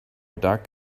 dug